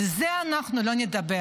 על זה אנחנו לא נדבר.